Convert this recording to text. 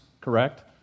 correct